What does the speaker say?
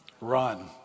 Run